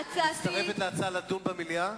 את מצטרפת להצעה לדון במליאה?